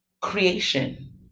creation